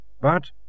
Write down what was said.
But